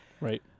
Right